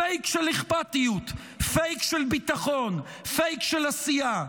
פייק של אכפתיות, פייק של ביטחון, פייק של עשייה.